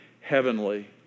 heavenly